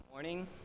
Morning